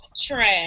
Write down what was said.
trash